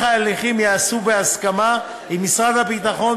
ההליכים ייעשה בהסכמה עם משרד הביטחון,